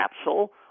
capsule